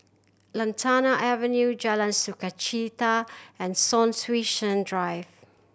Lantana Avenue Jalan Sukachita and Son Sui Sen Drive